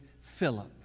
Philip